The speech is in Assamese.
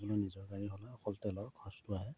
নিজৰ গাড়ী হ'লে অকল তেলৰ খৰচটো আহে